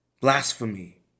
Blasphemy